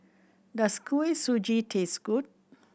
does Kuih Suji taste good